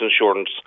insurance